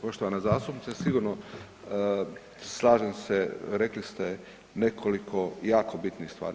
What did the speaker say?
Poštovana zastupnice, sigurno slažem se, rekli ste nekoliko jako bitnih stvari.